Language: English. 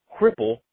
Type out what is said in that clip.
cripple